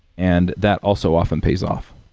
and that also often pays off.